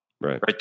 right